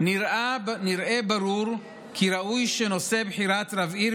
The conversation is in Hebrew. "נראה ברור כי ראוי שנושא בחירת רב עיר